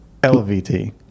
LVT